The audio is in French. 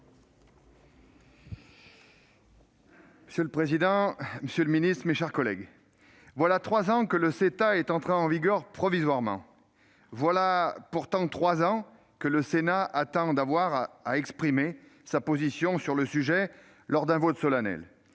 Monsieur le président, monsieur le ministre, mes chers collègues, voilà trois ans que le CETA est entré en vigueur provisoirement ; voilà pourtant trois ans que le Sénat attend d'avoir à exprimer sa position sur le sujet, lors d'un vote solennel